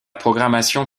programmation